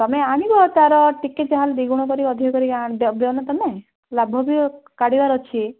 ତମେ ଆଣିବ ତାର ଟିକେ ଯାହାହେଲେ ଦୁଇ ଗୁଣ କରିକି ଅଧିକ କରିକି ଆଣି ତମେ ଲାଭ ବି କାଢ଼ିବାର ଅଛି